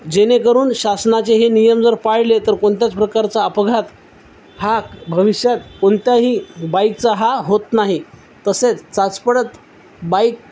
जेणेकरून शासनाचे हे नियम जर पाळले तर कोणत्याच प्रकारचा अपघात हा भविष्यात कोणत्याही बाईकचा हा होत नाही तसेच चाचपडत बाईक